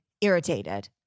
irritated